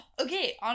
Okay